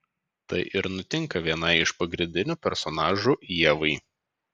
tai ir nutinka vienai iš pagrindinių personažų ievai